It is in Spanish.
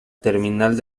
terminal